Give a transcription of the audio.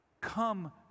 come